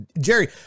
Jerry